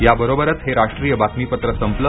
याबरोबरच हे राष्ट्रीय बातमीपत्र संपलं